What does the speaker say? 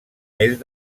més